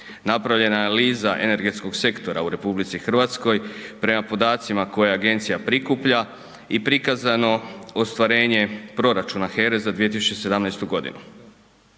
Napravljena je analiza energetskog sektora u RH, prema podacima koje agencija prikuplja i prikazano ostvarenje proračuna HERA-e za 2017. godinu.